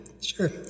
sure